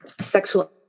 sexual